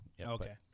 okay